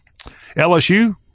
LSU